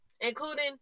including